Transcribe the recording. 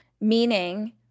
Meaning